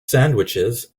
sandwiches